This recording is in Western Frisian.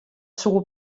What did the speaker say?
soe